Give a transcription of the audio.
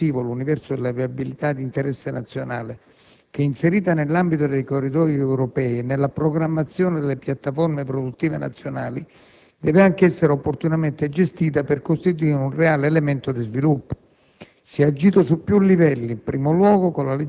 Le azioni del Governo hanno riguardato in modo incisivo l'universo della viabilità di interesse nazionale che, inserita nell'ambito dei corridoi europei e nella programmazione delle piattaforme produttive nazionali, deve anche essere opportunamente gestita per costituire un reale elemento di sviluppo.